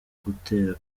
gutera